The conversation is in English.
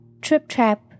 trip-trap